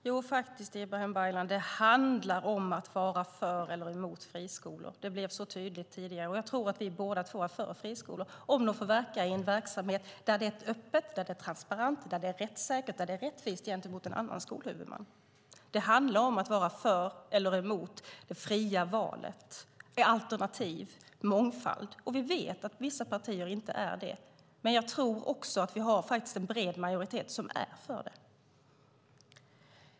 Fru talman! Jo, det handlar, Ibrahim Baylan, om att vara för eller emot friskolor. Det blev tydligt tidigare. Jag tror att vi båda två är för friskolor om de har en verksamhet där det är öppet, transparent, rättssäkert och rättvist gentemot en annan skolhuvudman. Det handlar om att vara för eller emot det fria valet, alternativt mångfald. Vi vet att vissa partier inte är det. Men jag tror att det finns en bred majoritet för det.